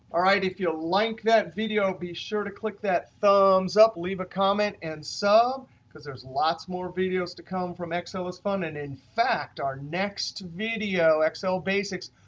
all right, if you like that video be sure to click that thumbs up, leave a comment, and sub because there's lots more videos to come from excel is fun. and in fact, our next video excel basics,